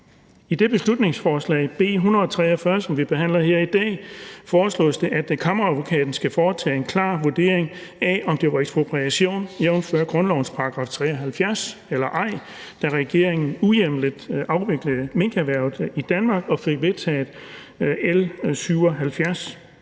I det beslutningsforslag, B 143, som vi behandler her i dag, foreslås det, at Kammeradvokaten skal foretage en klar vurdering af, om det var ekspropriation, jævnfør grundlovens § 73, eller ej, da regeringen uhjemlet afviklede minkerhvervet i Danmark og fik vedtaget